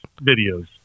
videos